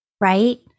right